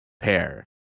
pair